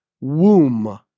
Womb